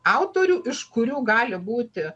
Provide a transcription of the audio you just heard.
autorių iš kurių gali būti